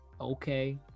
Okay